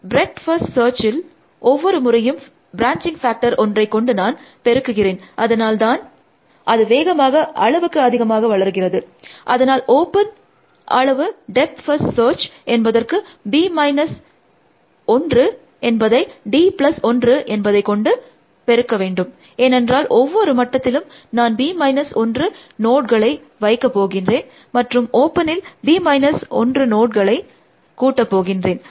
breadth first சர்ச்சில் ஒவ்வொரு முறையும் ப்ராஞ்சிங் ஃபாக்டர் ஒன்றை கொண்டு நான் பெருக்குகிறேன் அதனால் தான அது வேகமாக அளவுக்கு அதிகமாக வளருகிறது அதனால் ஓப்பன் அளவு டெப்த் ஃபர்ஸ்ட் சர்ச் என்பதற்கு b மைனஸ் 1 என்பதை d ப்ளஸ் 1 என்பதை கொண்டு b minus 1 d minus 1 பெருக்க வேண்டும் ஏனென்றால் ஒவ்வொரு மட்டத்திலும் நான் b மைனஸ் 1 நோட்களை வைக்க போகின்றேன் மற்றும் ஓப்பனில் b மைனஸ் 1 நோட்களை கூட்டப்போகின்றேன்